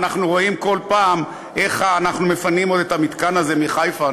אנחנו רואים כל פעם איך אנחנו מפנים את המתקן הזה מחיפה,